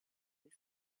his